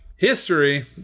History